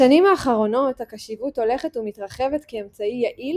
בשנים האחרונות הקשיבות הולכת ומתרחבת כאמצעי יעיל